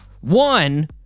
one